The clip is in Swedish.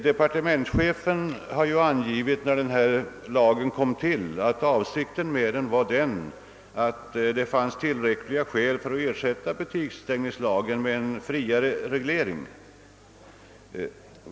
Departementschefen angav när denna lag kom till att det fanns tillräckliga skäl för att ersätta butiksstängningslagen med en friare reglering.